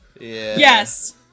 Yes